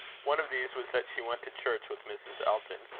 one of these was that she went to church with mrs. elton,